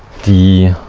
the